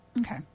Okay